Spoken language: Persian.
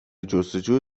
جستجو